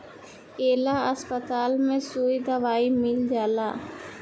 ए ला अस्पताल में सुई दवाई मील जाला